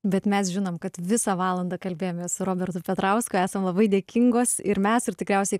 bet mes žinom kad visą valandą kalbėjomės su robertu petrausku esam labai dėkingos ir mes ir tikriausiai